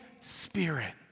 Spirit